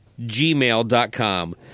gmail.com